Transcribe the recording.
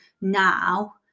now